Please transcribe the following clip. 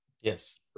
Yes